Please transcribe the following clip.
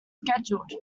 scheduled